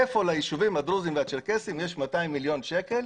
מאיפה ליישובים הדרוזיים והצ'רקסיים יש 200 מיליון שקל